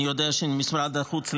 אני יודע שמשרד החוץ,